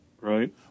right